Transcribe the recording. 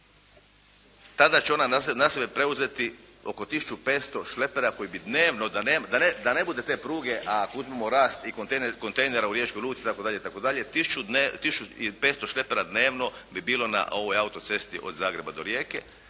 tada će ona na sebe preuzeti oko 1500 šlepera koji bi dnevno, da ne bude te pruge, a ako uzmemo rast i kontejnera u Riječkoj luci itd., itd., 1500 šlepera dnevno bi bilo na ovoj autocesti od Zagreba do Rijeke,